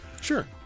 Sure